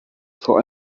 for